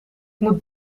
moet